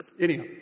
Anyhow